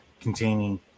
containing